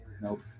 nope